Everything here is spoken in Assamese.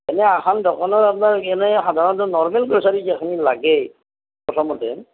এনেই এখন সাধাৰণ দোকানৰ আপ্নাৰ সাধাৰণ এনে নৰ্মেল যিখিনি গ্ৰচাৰি লাগে প্ৰথমতে